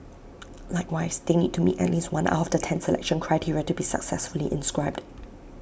likewise they need to meet at least one out of the ten selection criteria to be successfully inscribed